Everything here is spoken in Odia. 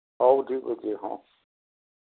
ହଉ ଠିକ୍ ଅଛେ ହଁ